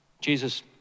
Jesus